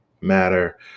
matter